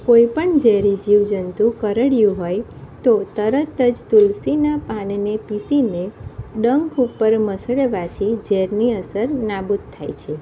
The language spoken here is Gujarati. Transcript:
કોઈપણ ઝેરી જીવજંતુ કરડ્યું હોય તો તરત જ તુલસીનાં પાનને પીસીને ડંખ ઉપર મસળવાથી ઝેરની અસર નાબૂદ થાય છે